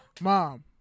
Mom